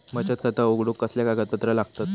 बचत खाता उघडूक कसले कागदपत्र लागतत?